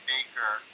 Baker